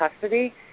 custody